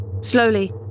Slowly